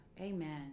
amen